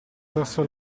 verso